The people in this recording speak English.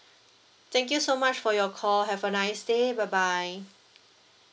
thank you so much for your call have a nice day bye bye